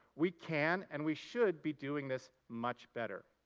we can and we should be doing this much better.